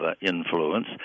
influence